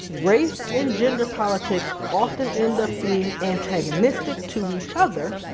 race and gender politics often end up being antagonistic to each other,